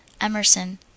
Emerson